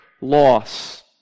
loss